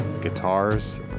guitars